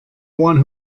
one